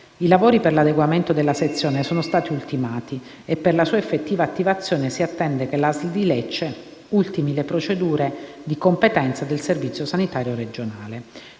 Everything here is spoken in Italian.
I lavori per l'adeguamento della sezione sono stati ultimati e, per la sua effettiva attivazione, si attende che la ASL di Lecce ultimi le procedure di competenza del servizio sanitario regionale.